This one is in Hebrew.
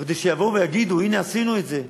כדי שיבואו ויגידו: הנה, עשינו את זה.